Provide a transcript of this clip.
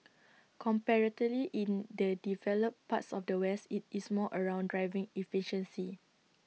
comparatively in the developed parts of the west IT is more around driving efficiency